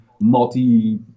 multi